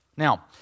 Now